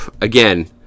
Again